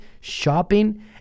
shopping